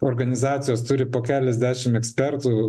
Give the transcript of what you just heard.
organizacijos turi po keliasdešim ekspertų